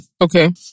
Okay